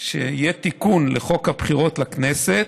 שיהיה תיקון לחוק הבחירות לכנסת,